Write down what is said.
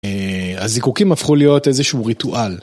הזיקוקים הפכו להיות איזשהו ריטואל.